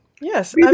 Yes